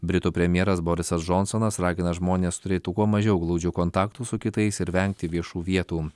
britų premjeras borisas džonsonas ragina žmonės turėtų kuo mažiau glaudžių kontaktų su kitais ir vengti viešų vietų